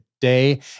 day